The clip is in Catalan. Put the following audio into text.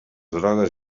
drogues